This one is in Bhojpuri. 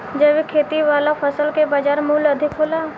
जैविक खेती वाला फसल के बाजार मूल्य अधिक होला